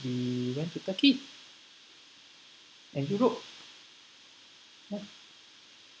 we went to turkey and europe yup